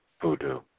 voodoo